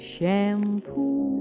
Shampoo